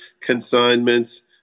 consignments